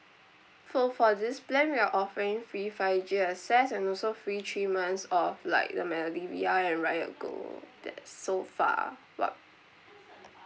so for this plan we are offering free five G access and also free three months of like the melody V_R and riotgo that's so far but